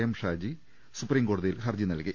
M Shaji സുപ്രീംകോടതിയിൽ ഹർജി നൽകി